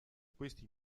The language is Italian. questi